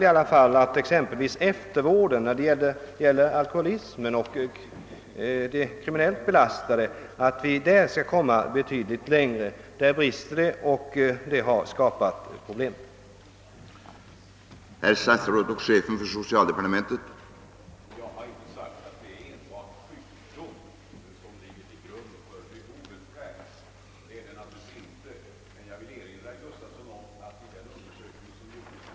Vi hoppas emellertid att framdeles komma be tydligt längre än nu i vad gäller exempelvis eftervården för alkoholister och kriminellt belastade. Det är bl.a. där som det brister i dag, och det är det som skapar en stor del av problemen som vi möter.